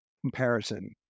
comparison